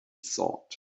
thought